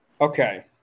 Okay